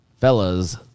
Fellas